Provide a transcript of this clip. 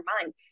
mind